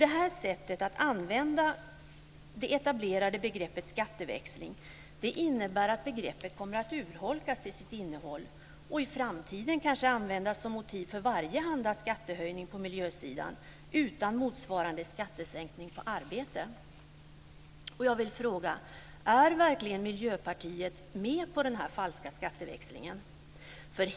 Det här sättet att använda det etablerade begreppet skatteväxling innebär att begreppet kommer att urholkas till sitt innehåll och i framtiden kanske användas som motiv för varjehanda skattehöjning på miljösidan utan motsvarande skattesänkning på arbete. Och jag vill fråga: Är verkligen Miljöpartiet med på den här falska skatteväxlingen?